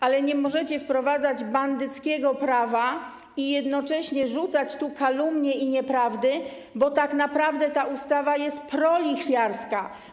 Ale nie możecie wprowadzać bandyckiego prawa i jednocześnie rzucać tu kalumnii i mówić nieprawdy, bo tak naprawdę ta ustawa jest prolichwiarska.